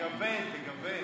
תגוון, תגוון.